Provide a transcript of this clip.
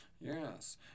Yes